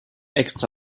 extra